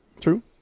True